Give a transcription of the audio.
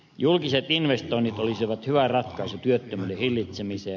julkiset investoinnit olisivat hyvä ratkaisu työttömyyden hillitsemiseen